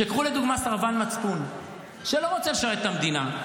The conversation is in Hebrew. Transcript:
קחו לדוגמה סרבן מצפון שלא רוצה לשרת את המדינה.